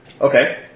Okay